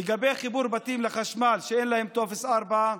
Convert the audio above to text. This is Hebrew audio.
לגבי חיבור בתים שאין להם טופס 4 לחשמל,